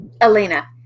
Elena